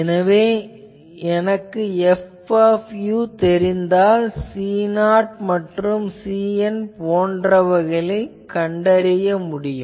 எனவே எனக்கு F தெரிந்தால் C0 மற்றும் Cn போன்றவைகளைக் கண்டறிய முடியும்